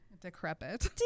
Decrepit